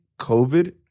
COVID